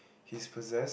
he's possessed